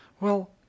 Well